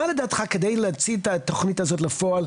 מה לדעתך כדי להוציא את התוכנית הזאת לפועל,